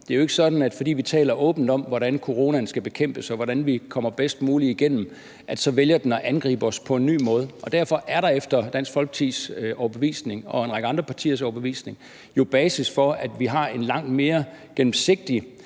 Det er jo ikke sådan, at fordi vi taler åbent om, hvordan coronaen skal bekæmpes, og hvordan vi kommer bedst muligt igennem det, at den så vælger at angribe os på en ny måde, og derfor er der efter Dansk Folkepartis overbevisning og en række andre partiers overbevisning jo basis for, at vi har en langt mere gennemsigtig